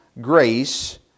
grace